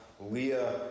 Leah